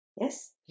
Yes